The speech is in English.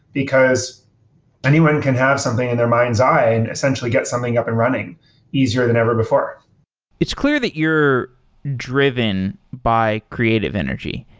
because anyone can have something in their mind's eye and essentially get something up and running easier than ever before it's clear that you're driven by creative energy.